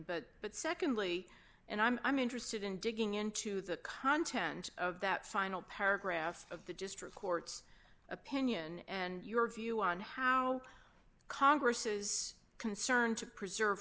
but but secondly and i'm i'm interested in digging into the content of that final paragraph of the district court's opinion and your view on how congress is concerned to preserve